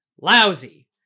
lousy